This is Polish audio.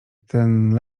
temu